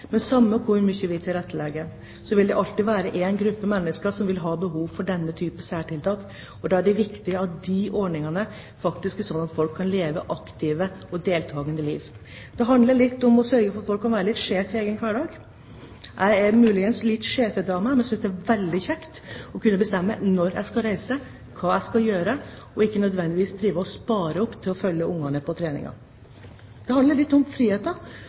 Men samme hvor mye vi tilrettelegger, vil det alltid være en gruppe mennesker som vil ha behov for denne type særtiltak, og da er det viktig at de ordningene faktisk er slik at folk kan leve aktive og deltakende liv. Det handler om å sørge for at folk kan være litt sjef i egen hverdag. Jeg er muligens litt «sjefete» av meg, men synes det er veldig kjekt å kunne bestemme når jeg skal reise, hva jeg skal gjøre, og ikke nødvendigvis drive og spare opp til å følge barna på trening. Det handler litt om